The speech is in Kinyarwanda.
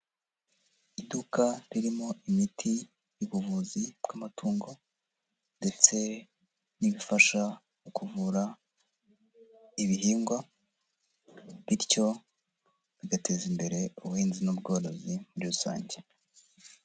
Iduka ririmo imiti y'ubuvuzi bw'amatungo ndetse n'ibifasha mukuvura ibihingwa bityo bigateza imbere ubuhinzi n'ubworozi muri rusange.